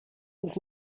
uns